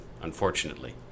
unfortunately